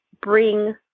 bring